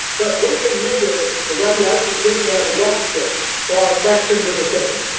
but we can measure the radiation getting out of lockstep by fractions of a second.